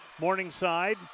Morningside